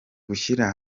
gushyira